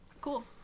cool